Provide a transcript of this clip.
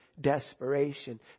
desperation